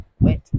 wet